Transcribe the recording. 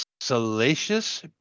Salacious